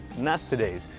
that's today's,